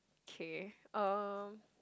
K uh